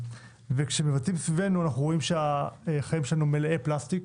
כשאנחנו מביטים סביבנו אנחנו רואים שהחיים שלנו מלאים פלסטיק,